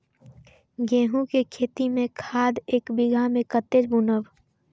गेंहू के खेती में खाद ऐक बीघा में कते बुनब?